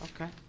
Okay